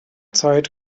zeit